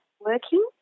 working